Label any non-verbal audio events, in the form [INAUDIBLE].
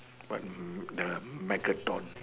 what [NOISE] the racket doll